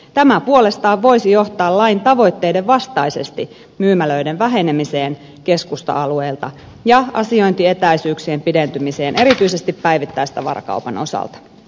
tämä puolestaan voisi johtaa lain tavoitteiden vastaisesti myymälöiden vähenemiseen keskusta alueilta ja asiointietäisyyksien pidentymiseen erityisesti päivittäistavarakaupan osalta